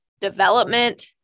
development